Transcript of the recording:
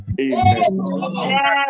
Amen